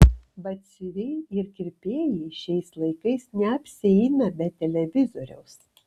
batsiuviai ir kirpėjai šiais laikais neapsieina be televizoriaus